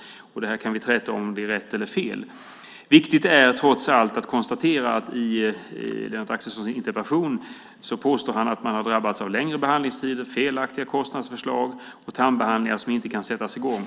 Vi kan träta om huruvida det är rätt eller fel. Viktigt är trots allt att konstatera att Lennart Axelsson i sin interpellation påstår att man har drabbats av längre behandlingstider, felaktiga kostnadsförslag och tandbehandlingar som inte kan sättas i gång.